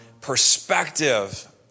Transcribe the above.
perspective